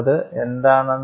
Irwin ആ estimate നൽകി